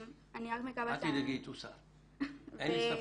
אל תדאגי, היא תוסר, אין לי ספק.